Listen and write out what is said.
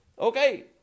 Okay